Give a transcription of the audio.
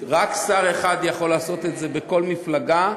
רק שר אחד יכול לעשות את זה בכל מפלגה,